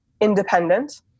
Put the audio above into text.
independent